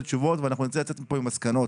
תשובות ואנחנו נרצה לצאת מפה עם מסקנות,